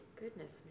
Goodness